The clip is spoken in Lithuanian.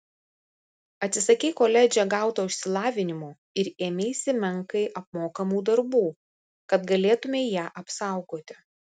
atsisakei koledže gauto išsilavinimo ir ėmeisi menkai apmokamų darbų kad galėtumei ją apsaugoti